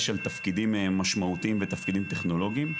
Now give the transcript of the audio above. על תפקידים משמעותיים ותפקידים טכנולוגיים.